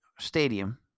stadium